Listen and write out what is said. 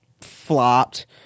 flopped